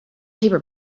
paper